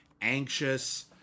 anxious